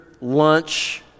lunch